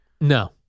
No